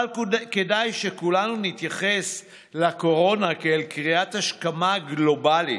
אבל כדאי שכולנו נתייחס לקורונה כאל קריאת השכמה גלובלית,